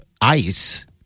ice